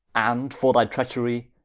and for thy trecherie,